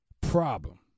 problem